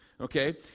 Okay